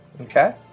Okay